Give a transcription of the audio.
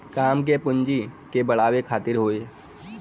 काम के पूँजी के बढ़ावे खातिर हौ